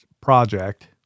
project